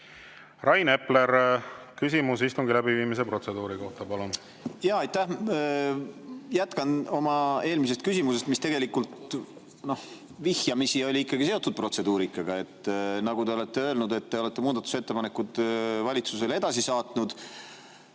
Rain Epler, küsimus istungi läbiviimise protseduuri kohta, palun! Jaa, aitäh! Ma jätkan oma eelmise küsimusega, mis tegelikult vihjamisi oli ikkagi seotud protseduurikaga. Te olete öelnud, et te olete muudatusettepanekud valitsusele edasi saatnud,